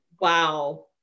wow